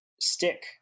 stick